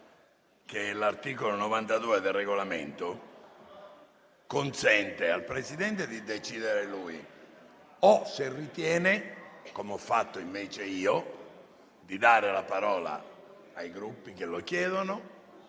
che l'articolo 92 del Regolamento consente al Presidente di decidere - se lo ritiene, come ho fatto io - di dare la parola ai Gruppi che lo chiedono